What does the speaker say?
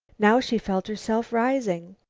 now she felt herself rising.